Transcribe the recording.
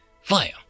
Fire